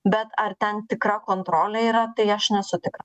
bet ar tam tikra kontrolė yra tai aš nesu tikra